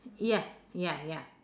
ya ya ya